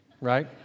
right